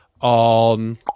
on